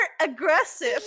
aggressive